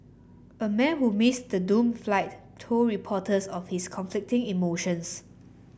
a man who missed the doomed flight told reporters of his conflicting emotions